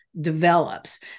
develops